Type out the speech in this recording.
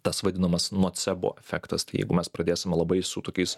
tas vadinamas nocebo efektas tai jeigu mes pradėsime labai su tokiais